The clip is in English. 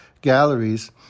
galleries